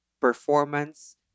performance